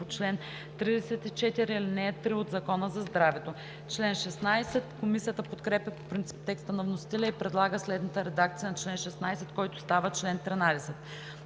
чл. 34, ал. 3 от Закона за здравето.“ Комисията подкрепя по принцип текста на вносителя и предлага следната редакция на чл. 16, който става чл. 13: